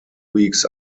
weeks